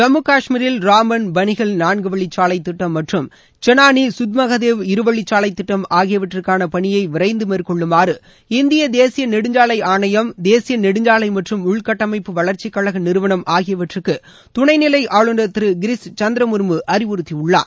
ஜம்மு காஷ்மீரில் ராம்பன் பனிகல் நான்குவழிச்சாலை திட்டம் மற்றும் செனானி கத்மகாதேவ் இருவழிச்சாலைத் திட்டம் ஆகியவற்றுக்கான பணியை விரைந்து மேற்கொள்ளுமாறு இந்திய தேசிய நெடுஞ்சாலை ஆணையம் தேசிய நெடுஞ்சாலை மற்றும் உள்கட்டமைப்பு வளர்ச்சிக்கழக நிறுவளம் ஆகியவற்றுக்கு துணைநிலை ஆளுநர் திரு கிரிஸ் சந்திர முர்மு அறிவுறுத்தியுள்ளார்